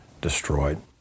destroyed